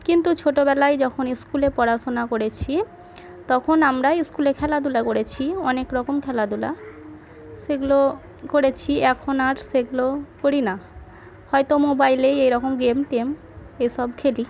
কিন্তু ছোটোবেলায় যখন স্কুলে পড়াশোনা করেছি তখন আমরা স্কুলে খেলাধুলা করেছি অনেক রকম খেলাধুলা সেগুলো করেছি এখন আর সেগুলো করি না হয়তো মোবাইলেই এরকম গেম টেম এসব খেলি